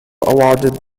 awarded